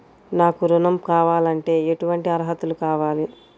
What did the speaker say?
నాకు ఋణం కావాలంటే ఏటువంటి అర్హతలు కావాలి?